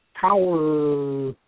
power